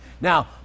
Now